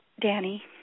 Danny